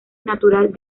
natural